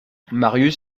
marius